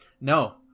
No